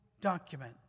document